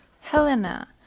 Helena